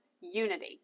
unity